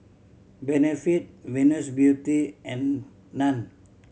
Benefit Venus Beauty and Nan